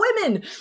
women